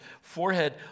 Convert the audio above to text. forehead